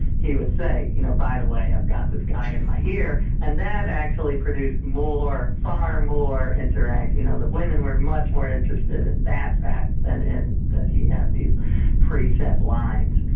he would say, you know by the way, i've got this guy in my ear, and that actually produced far more interaction. you know the women were much more interested in that fact than in that he has these pre set lines.